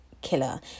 killer